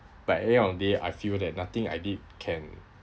but at the end of the day I feel that nothing I did can